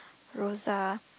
Rosa